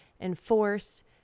enforce